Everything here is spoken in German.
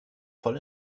voll